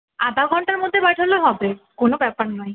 আধা ঘন্টার মধ্যে পাঠালেও হবে কোনো ব্যাপার নয়